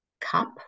cup